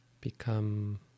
become